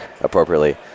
appropriately